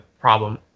problem